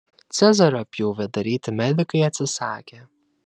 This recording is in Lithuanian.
cezario pjūvį daryti medikai atsisakė